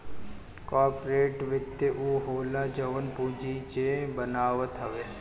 corporate वित्त उ होला जवन पूंजी जे बनावत हवे